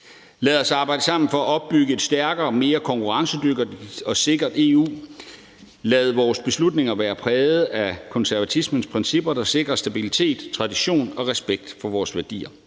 Lad os arbejde sammen for at opbygge et stærkere og mere konkurrencedygtigt og sikkert EU. Lad vores beslutninger være præget af konservatismens principper, der sikrer stabilitet, tradition og respekt for vores værdier.